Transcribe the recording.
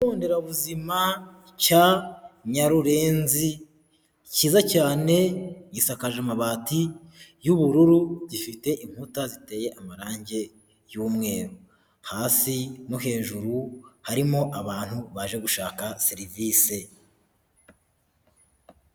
Ibigonderabuzima cya Nyarurenzi cyiza cyane gisakaje amabati y'ubururu, gifite inkuta ziteye amarangi y'umweru. Hasi no hejuru harimo abantu baje gushaka serivise.